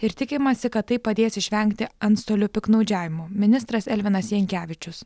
ir tikimasi kad tai padės išvengti antstolių piktnaudžiavimų ministras elvinas jankevičius